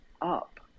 up